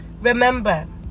Remember